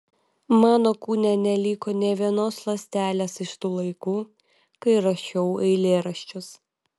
mano kūne neliko nė vienos ląstelės iš tų laikų kai rašiau eilėraščius